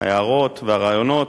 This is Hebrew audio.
ההערות והרעיונות,